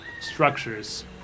structures